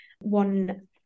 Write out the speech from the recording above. one